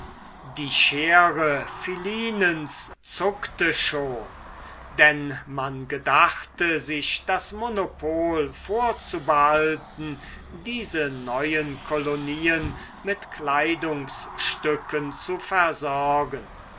die schere philinens zuckte schon denn man gedachte sich das monopol vorzubehalten diese neuen kolonien mit kleidungsstücken zu versorgen